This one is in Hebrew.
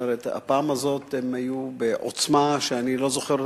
הפעם הזאת היו בעוצמה שאני לא זוכר,